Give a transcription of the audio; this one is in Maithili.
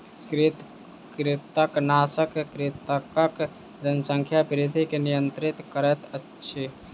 कृंतकनाशक कृंतकक जनसंख्या वृद्धि के नियंत्रित करैत अछि